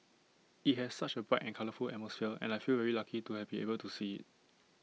IT has such A bright and colourful atmosphere and I feel very lucky to have been able to see IT